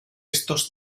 estos